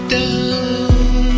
down